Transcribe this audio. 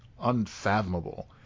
unfathomable